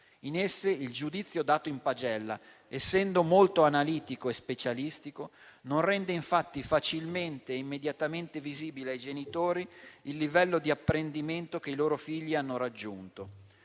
In esse il giudizio dato in pagella, essendo molto analitico e specialistico, non rende infatti facilmente e immediatamente visibile ai genitori il livello di apprendimento che i loro figli hanno raggiunto.